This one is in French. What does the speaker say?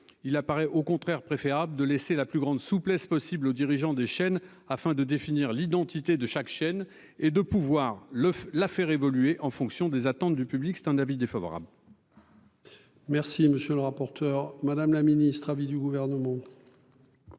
Il apparaît au contraire préférable de laisser la plus grande souplesse possible aux dirigeants des chaînes afin de définir l'identité de chaque chaîne, et de pouvoir le, la faire évoluer en fonction des attentes du public, c'est un avis défavorable. Merci monsieur le rapporteur, madame la ministre. Avis du gouvernement.